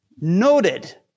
noted